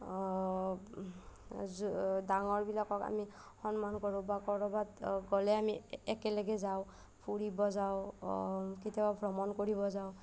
ডাঙৰবিলাকক আমি সন্মান কৰোঁ বা ক'ৰবাত গ'লে আমি একেলগে যাওঁ ফুৰিব যাওঁ কেতিয়াবা ভ্ৰমণ কৰিব যাওঁ